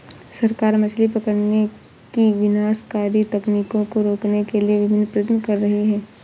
सरकार मछली पकड़ने की विनाशकारी तकनीकों को रोकने के लिए विभिन्न प्रयत्न कर रही है